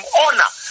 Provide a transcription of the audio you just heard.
honor